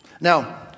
now